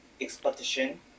expedition